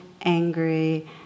angry